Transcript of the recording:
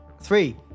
Three